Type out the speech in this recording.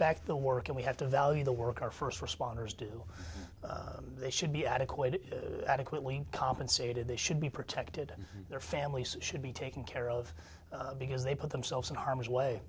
the work and we have to value the work our first responders do they should be adequate adequately compensated they should be protected and their families should be taken care of because they put themselves in harm's way